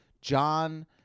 John